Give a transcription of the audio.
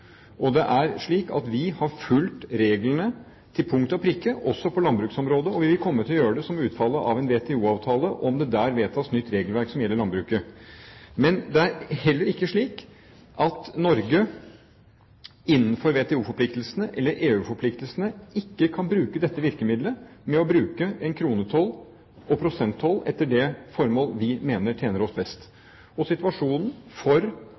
Det er slik at vi har fulgt reglene til punkt og prikke, også på landbruksområdet, og vi vil komme til å gjøre det som utfallet av en WTO-avtale, om det der vedtas nytt regelverk som gjelder landbruket. Men det er heller ikke slik at Norge innenfor WTO-forpliktelsene eller EU-forpliktelsene ikke kan bruke dette virkemidlet med å bruke kronetoll og prosenttoll etter det formål vi mener tjener oss best. Situasjonen for